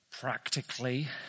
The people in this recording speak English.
practically